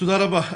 תודה רבה.